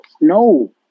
No